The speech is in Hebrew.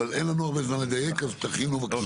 אבל אין לנו הרבה זמן לדייק אז תכינו בבקשה.